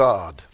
God